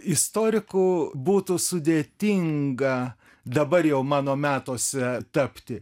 istoriku būtų sudėtinga dabar jau mano metuose tapti